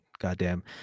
goddamn